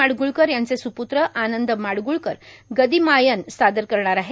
माडग्ळकर यांचे सूप्त्र आनंद माडग्ळकर गदिमायन सादर करणार आहेत